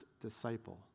disciple